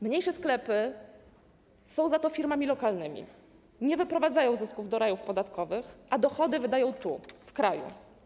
Mniejsze sklepy są za to firmami lokalnymi, nie wyprowadzają zysków do rajów podatkowych, a dochody wydają w kraju.